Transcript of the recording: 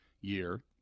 year